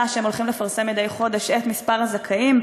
שהם הולכים לפרסם מדי חודש את מספר הזכאים,